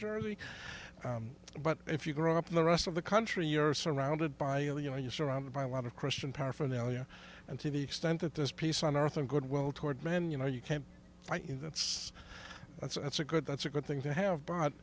jersey but if you grow up in the rest of the country you're surrounded by you know you're surrounded by a lot of christian paraphernalia and to the extent that there's peace on earth and goodwill toward men you know you can't that's that's a that's a good that's a good thing to have b